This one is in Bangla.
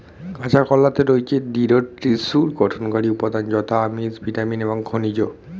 কাঁচা কলাতে রয়েছে দৃঢ় টিস্যুর গঠনকারী উপাদান যথা আমিষ, ভিটামিন এবং খনিজ